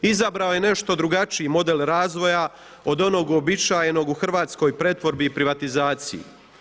Izabrao je nešto drugačiji model razvoja od onog uobičajenog u hrvatskoj pretvorbi i privatizaciji.